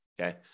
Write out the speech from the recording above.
okay